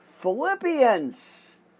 Philippians